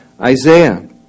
Isaiah